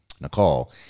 Nicole